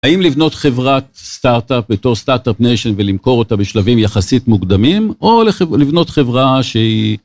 האם לבנות חברת סטארטאפ בתור סטארטאפ ניישן, ולמכור אותה בשלבים יחסית מוקדמים, או לבנות חברה שהיא...